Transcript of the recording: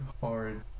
hard